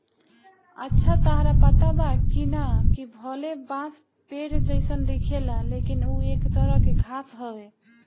अच्छा ताहरा पता बा की ना, कि भले बांस पेड़ जइसन दिखेला लेकिन उ एक तरह के घास हवे